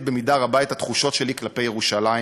במידה רבה את התחושות שלי כלפי ירושלים.